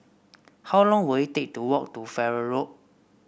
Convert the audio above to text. how long will it take to walk to Farrer Road